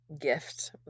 gift